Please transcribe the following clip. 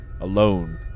alone